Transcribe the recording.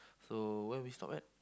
so where we stop at